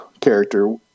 character